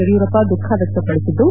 ಯಡಿಯೂರಪ್ಪ ದುಃಖ ವ್ಯಕ್ತಪಡಿಸಿದ್ದು